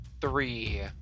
three